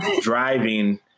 driving